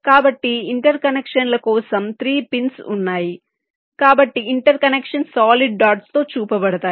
కాబట్టి ఇంటర్ కనెక్షన్ల కోసం 3 పిన్స్ ఉన్నాయి కాబట్టి ఇంటర్ కనెక్షన్స్ సాలిడ్ డాట్స్ తో చూపబడతాయి